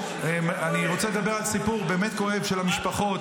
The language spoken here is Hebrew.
אני רוצה לדבר על סיפור באמת כואב של המשפחות